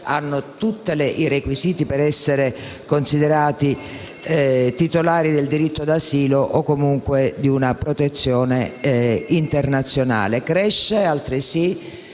hanno tutti i requisiti per essere considerati titolari del diritto d'asilo o comunque di una protezione internazionale. Cresce altresì